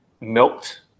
milked